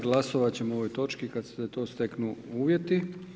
Glasovat ćemo o ovom točki kad se za to steknu uvjeti.